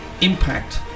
impact